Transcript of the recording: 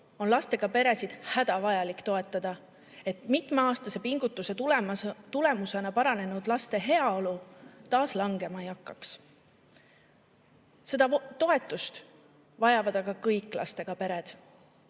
on lastega peresid hädavajalik toetada, et mitmeaastase pingutuse tulemusena paranenud laste heaolu taas langema ei hakkaks. Seda toetust vajavad aga kõik lastega pered.